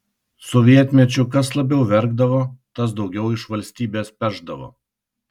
sovietmečiu kas labiau verkdavo tas daugiau iš valstybės pešdavo